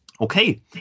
Okay